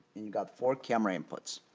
and you got four camera inputs